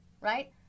right